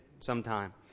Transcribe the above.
sometime